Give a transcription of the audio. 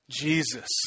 Jesus